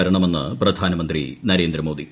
വരണമെന്ന് പ്രധാനമന്ത്രി നരേന്ദ്രമോദി